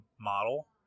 model